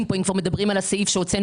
כאן אם כבר מדברים על הסעיף שהוצאנו,